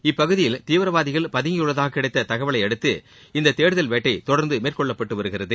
இப்பகுதியில் தீவிரவாதிகள் பதங்கியுள்ளதாக கிடைத்த தகவலையடுத்து இந்த தேடுதல் வேட்டை தொடர்ந்து மேற்கொள்ளப்பட்டு வருகிறது